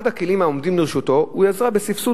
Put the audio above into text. אחד הכלים העומדים לרשותו הוא עזרה בסבסוד